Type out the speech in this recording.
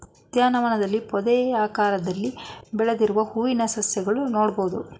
ಉದ್ಯಾನವನದಲ್ಲಿ ಪೊದೆಯಾಕಾರದಲ್ಲಿ ಬೆಳೆದಿರುವ ಹೂವಿನ ಸಸಿಗಳನ್ನು ನೋಡ್ಬೋದು